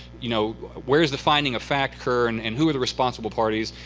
you know where does the finding of fact occur, and and who are the responsible parties?